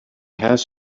has